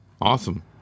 awesome